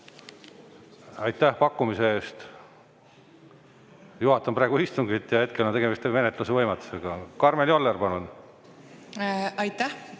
Aitäh pakkumise eest! Juhatan praegu istungit ja hetkel on tegemist menetluse võimatusega. Karmen Joller, palun! Aitäh